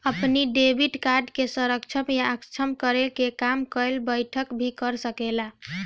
अपनी debit card के सक्षम या असक्षम कईला के काम घर बैठल भी कर सकेला